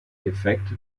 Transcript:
effekt